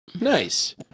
Nice